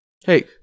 Hey